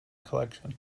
collection